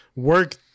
work